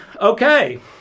Okay